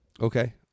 Okay